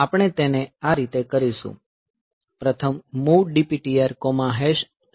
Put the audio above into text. આપણે તેને આ રીતે કરીશું પ્રથમ MOV DPTR6000 H છે